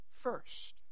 first